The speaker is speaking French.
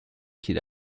qu’il